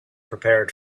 prepared